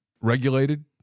regulated